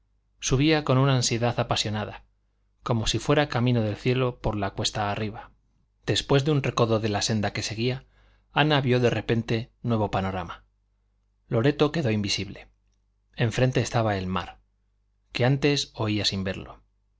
subía con una ansiedad apasionada como si fuera camino del cielo por la cuesta arriba después de un recodo de la senda que seguía ana vio de repente nuevo panorama loreto quedó invisible enfrente estaba el mar que antes oía sin verlo